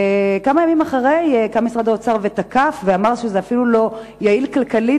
כמה ימים אחר כך קם משרד האוצר ותקף ואמר שזה אפילו לא יעיל כלכלית,